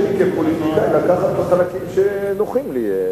תרשה לי כפוליטיקאי לקחת את החלקים שנוחים לי,